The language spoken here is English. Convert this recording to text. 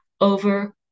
over